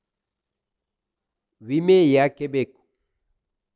ವಿಮೆ ಯಾಕೆ ಬೇಕು?